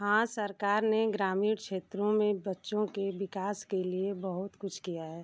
हाँ सरकार ने ग्रामीण क्षेत्रों में बच्चों के विकास के लिए बहुत कुछ किया है